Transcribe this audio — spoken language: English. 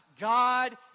God